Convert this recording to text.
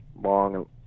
long